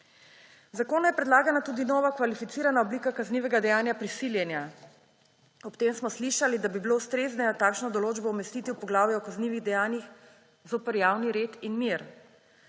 zakonu je predlagana tudi nova kvalificirana oblika kaznivega dejanja prisiljenja. Ob tem smo slišali, da bi bilo ustrezneje takšno določbo umestiti v poglavje o kaznivih dejanjih zoper javni red in mir.